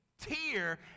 tier